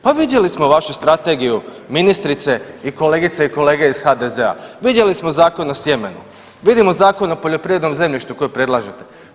Pa vidjeli smo vašu strategiju ministrice i kolegice i kolege iz HDZ-a, vidjeli smo Zakon o sjemenu, vidimo Zakon o poljoprivrednom zemljištu koji predlažete.